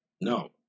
No